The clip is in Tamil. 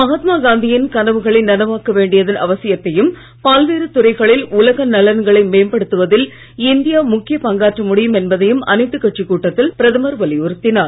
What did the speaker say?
மகாத்மாகாந்தியின் கனவுகளை நனவாக்க வேண்டியதன் அவசியத்தையும் பல்வேறு துறைகளில் உலக நலன்களை மேம்படுத்துவதில் இந்தியா முக்கிய பங்காற்ற முடியும் என்பதையும் அனைத்துக் கட்சிக் கூட்டத்தில் பிரதமர் வலியுறுத்தினார்